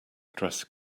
dress